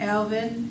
Alvin